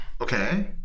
okay